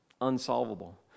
unsolvable